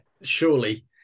surely